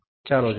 ચાલો જોઈએ